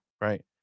right